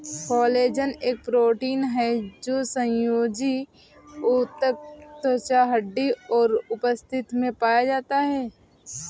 collagen एक protein है जो संयोजी ऊतक, त्वचा, हड्डी और उपास्थि में पाया जाता है